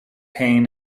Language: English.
pain